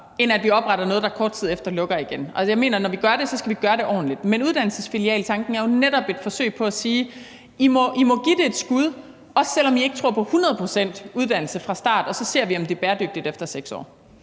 end at vi opretter noget, der kort tid efter lukker igen. Jeg mener, at når vi gør det, skal vi gøre det ordentligt. Men uddannelsesfilialtanken er jo netop et forsøg på at sige, at I må give det et skud, også selv om I ikke tror på hundrede procent uddannelse fra start, og så ser vi, om det er bæredygtigt efter 6 år.